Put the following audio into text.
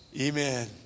Amen